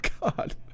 God